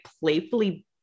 playfully